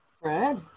Fred